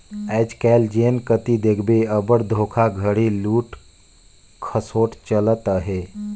आएज काएल जेन कती देखबे अब्बड़ धोखाघड़ी, लूट खसोट चलत अहे